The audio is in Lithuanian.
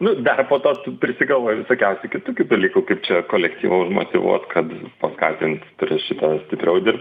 nu dar po to tu prisigalvoji visokiausių kitokių dalykų kaip čia kolektyvą užmotyvuot kad paskatint prie šito stipriau dirbt